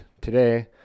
today